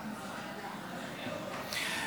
לא נתקבלה.